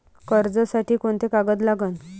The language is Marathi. कर्जसाठी कोंते कागद लागन?